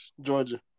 Georgia